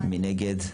מי נגד?